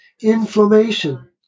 Inflammation